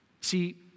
See